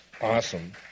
awesome